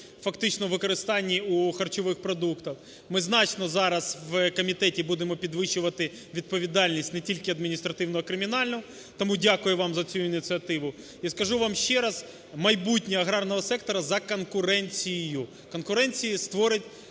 фактично в використанні у харчових продуктах. Ми значно зараз в комітеті будемо підвищувати відповідальність не тільки адміністративно-кримінальну. Тому дякую вам за цю ініціативу. І скажу вам ще раз, майбутнє аграрного сектору за конкуренцією. Конкуренцією створить